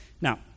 Now